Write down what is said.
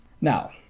Now